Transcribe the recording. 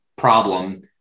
problem